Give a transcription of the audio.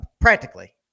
practically